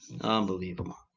unbelievable